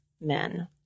men